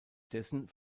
dessen